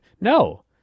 No